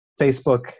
Facebook